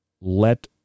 let